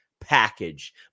package